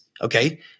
okay